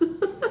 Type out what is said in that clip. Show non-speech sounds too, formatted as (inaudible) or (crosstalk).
(laughs)